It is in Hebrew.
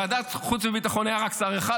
בוועדת חוץ וביטחון היה רק שר אחד,